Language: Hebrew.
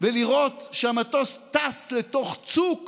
ולראות שהמטוס טס לתוך צוק